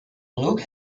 luke